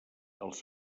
els